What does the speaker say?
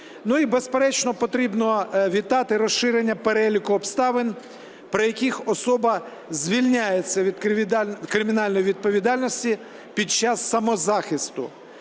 безперечно, потрібно вітати розширення переліку обставин, при яких особа звільняється від кримінальної відповідальності під час самозахисту.